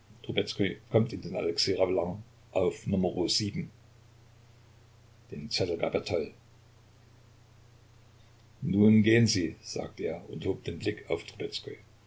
kommt in den alexej ravelin auf numero den zettel gab er toll nun gehen sie sagte er und hob den blick auf